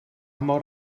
mor